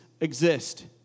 exist